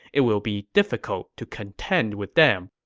it will be difficult to contend with them.